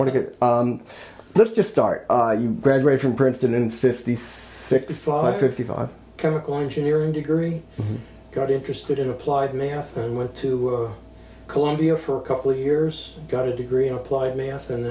want to get let's just start graduate from princeton in fifty fifty five fifty five chemical engineering degree got interested in applied math and went to columbia for a couple of years got a degree in applied math and